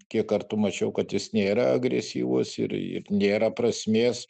kiek kartų mačiau kad jis nėra agresyvus ir ir nėra prasmės